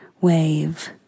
wave